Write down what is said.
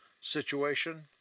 situation